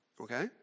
Okay